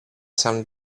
some